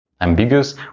ambiguous